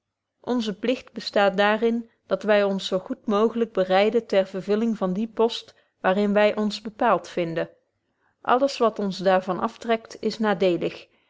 onze plicht bestaat daar in dat wy ons zo goed mooglyk bereiden ter vervulling van dien post waar in wy ons bepaalt vinden alles wat ons daar van aftrekt is nadelig